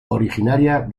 originaria